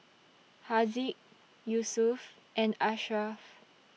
Haziq Yusuf and Ashraff